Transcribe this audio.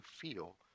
feel